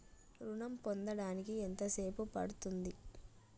ఋణం పొందడానికి ఎంత సేపు పడ్తుంది?